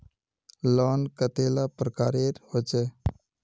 Loan कतेला प्रकारेर होचे?